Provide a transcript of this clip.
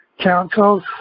councils